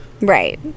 right